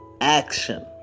action